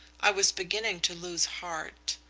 i was beginning to lose heart.